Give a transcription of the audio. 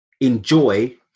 enjoy